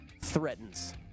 threatens